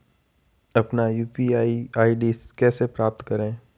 अपना UPI ID कैसे प्राप्त करें?